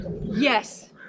yes